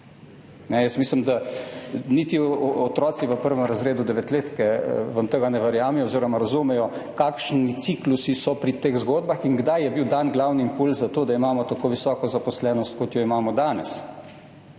niti otroci v prvem razredu devetletke tega ne verjamejo oziroma razumejo, kakšni ciklusi so pri teh zgodbah in kdaj je bil dan glavni impulz za to, da imamo tako visoko zaposlenost, kot jo imamo danes.